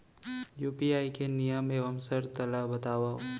UPI के नियम एवं शर्त ला बतावव